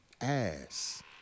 ass